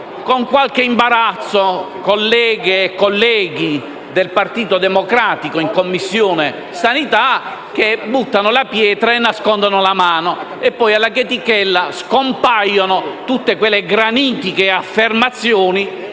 con qualche imbarazzo colleghe e colleghi del Partito Democratico in Commissione sanità che lanciano la pietra e nascondono la mano, e poi alla chetichella scompaiono tutte quelle granitiche affermazioni